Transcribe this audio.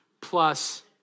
plus